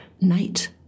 night